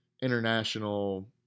international